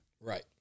Right